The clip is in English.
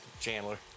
Chandler